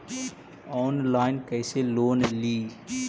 Online कैसे loan ली?